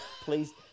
please